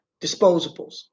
disposables